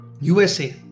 USA